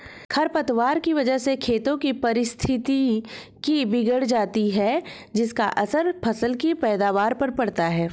खरपतवार की वजह से खेतों की पारिस्थितिकी बिगड़ जाती है जिसका असर फसल की पैदावार पर पड़ता है